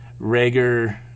Rager